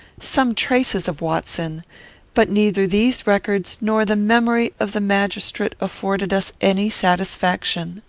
some traces of watson but neither these records nor the memory of the magistrate afforded us any satisfaction.